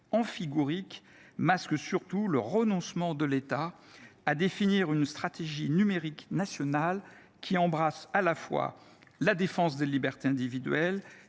amphigourique masque surtout le renoncement de l’État à définir une stratégie numérique nationale qui embrasse à la fois la défense des libertés individuelles,